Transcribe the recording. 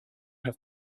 have